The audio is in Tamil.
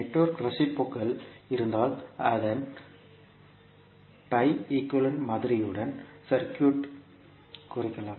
நெட்வொர்க் ரேசிப்ரோகல் இருந்தால் அதன் pi ஈக்குவேலன்ட் மாதிரியுடன் சர்க்யூட் ஐ குறிக்கலாம்